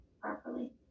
properly